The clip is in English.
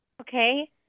Okay